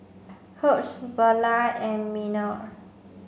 Hughe Beula and Miner